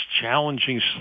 challenging